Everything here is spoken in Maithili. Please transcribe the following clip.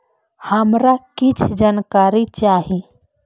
हमरा कीछ जानकारी चाही